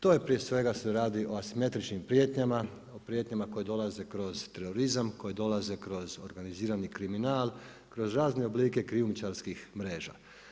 To prije svega se radi o asimetričnim prijetnjama, o prijetnjama koje dolaze kroz terorizam, koje dolaze kroz organizirani kriminal, kroz razne oblike krijumčarskih mreža.